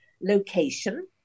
location